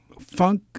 funk